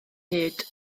hyd